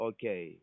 Okay